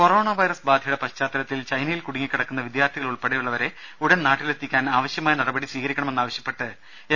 corona virus ബാധയുടെ പശ്ചാത്തലത്തിൽ ചൈനയിൽ കുടുങ്ങികിടക്കുന്ന വിദ്യാർഥികളുൾപ്പെടെയുള്ളവരെ ഉടൻ നാട്ടിലെത്തിക്കാൻ ആവശ്യമായ നട പടികൾ സ്വീകരിക്കണമെന്നാവശ്യപ്പെട്ട് എം